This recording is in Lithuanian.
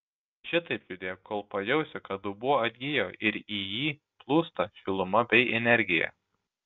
šitaip judėk kol pajausi kad dubuo atgijo ir į jį plūsta šiluma bei energija